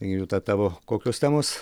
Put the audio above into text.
juta tavo kokios temos